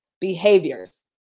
behaviors